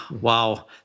wow